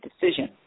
decision